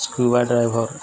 scuba diver